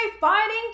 fighting